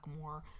more